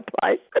place